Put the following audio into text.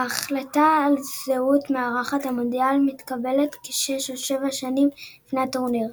ההחלטה על זהות מארחת המונדיאל מתקבלת כשש או שבע שנים לפני הטורניר.